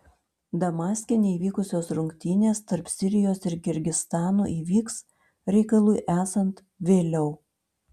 damaske neįvykusios rungtynės tarp sirijos ir kirgizstano įvyks reikalui esant vėliau